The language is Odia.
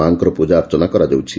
ମା'ଙ୍କର ପ୍ରଜାର୍ଚ୍ଚନା କରାଯାଉଛି